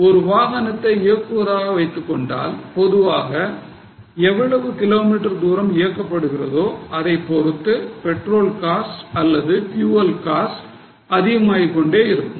ஒரு வாகனத்தை இயக்குவதாக வைத்துக்கொண்டால் பொதுவாக எவ்வளவு கிலோமீட்டர் தூரம் இயக்கப்படுகிறதோ அதை பொறுத்து petrol cost அல்லது fuel cost அதிகமாகிக் கொண்டே இருக்கும்